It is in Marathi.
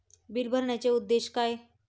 बिल भरण्याचे उद्देश काय?